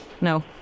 No